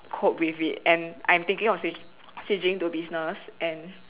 cope with it and I'm thinking of switch switching to business and